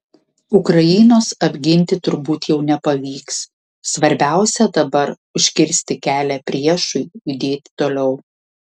ukrainos apginti turbūt jau nepavyks svarbiausia dabar užkirsti kelią priešui judėti toliau